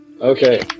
Okay